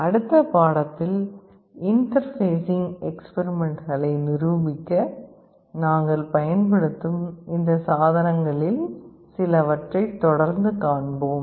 அடுத்த பாடத்தில் இன்டர்பேஸிங் எக்ஸ்பிரிமெண்ட்களை நிரூபிக்க நாங்கள் பயன்படுத்தும் இந்த சாதனங்களில் சிலவற்றைத் தொடர்ந்து காண்போம்